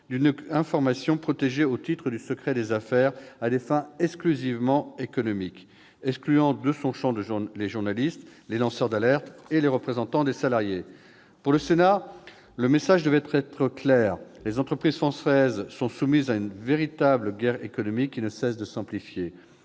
d'une information protégée au titre du secret des affaires à des fins exclusivement économiques, excluant de son champ les journalistes, les lanceurs d'alerte et les représentants des salariés. Pour le Sénat, le message devait être clair : les entreprises françaises sont soumises à une véritable guerre économique, qui ne cesse de s'amplifier.